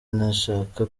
ntashaka